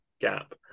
gap